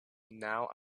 now